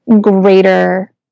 greater